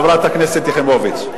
חברת הכנסת יחימוביץ.